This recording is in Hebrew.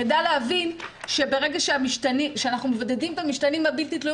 נדע להבין שברגע שאנחנו מבודדים את המשתנים הבלתי תלויים